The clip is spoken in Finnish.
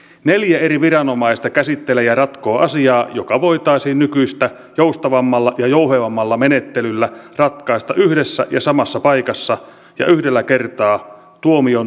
neljä eri viranomaista käsittelee ja ratkoo asiaa joka voitaisiin nykyistä joustavammalla ja jouhevammalla menettelyllä ratkaista yhdessä ja samassa paikassa ja yhdellä kertaa tuomion lukemisen jälkeen